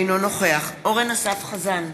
אינו נוכח אורן אסף חזן,